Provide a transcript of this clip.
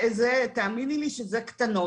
תאמיני לי שזה קטנות.